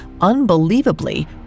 unbelievably